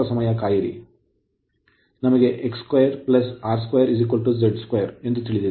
ಸ್ವಲ್ಪ ಸಮಯ ಕಾಯಿರಿ ನಮಗೆ X2 R2 Z 2 ತಿಳಿದಿದೆ